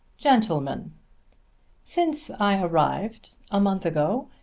gentlemen since i arrived, a month ago,